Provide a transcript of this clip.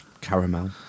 Caramel